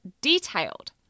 detailed